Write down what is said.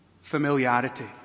Familiarity